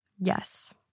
Yes